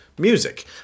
Music